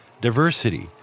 diversity